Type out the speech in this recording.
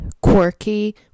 quirky